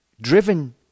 driven